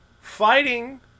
fighting